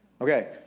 Okay